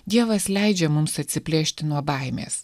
dievas leidžia mums atsiplėšti nuo baimės